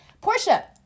Portia